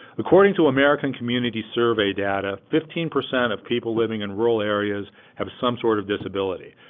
according to american community survey data, fifteen percent of people living in rural areas have some sort of disability.